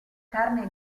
carne